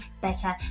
better